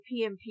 PMP